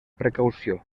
precaució